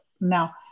now